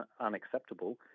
unacceptable